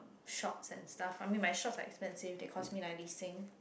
shorts and stuff I mean my shorts are expensive they cost me ninety sing